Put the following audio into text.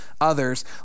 others